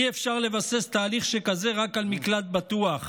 אי-אפשר לבסס תהליך שכזה רק על מקלט בטוח,